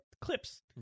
Clips